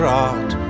art